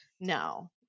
no